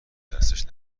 دستش